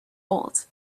old